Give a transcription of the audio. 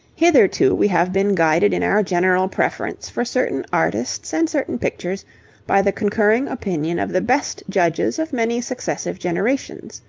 hitherto we have been guided in our general preference for certain artists and certain pictures by the concurring opinion of the best judges of many successive generations.